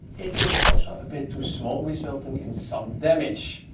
it is also a bit too small resulting in some damage.